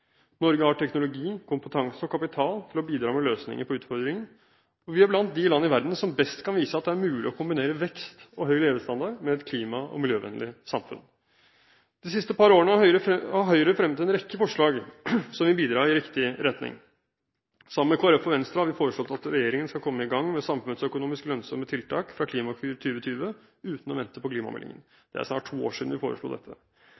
Norge har teknologi, kompetanse og kapital til å bidra med løsninger på utfordringen, og vi er blant de land i verden som best kan vise at det er mulig å kombinere vekst og høy levestandard med et klima- og miljøvennlig samfunn. De siste par årene har Høyre fremmet en rekke forslag som vil bidra i riktig retning. Sammen med Kristelig Folkeparti og Venstre har vi foreslått at regjeringen skal komme i gang med samfunnsøkonomisk lønnsomme tiltak fra Klimakur 2020, uten å vente på klimameldingen.